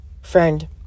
Friend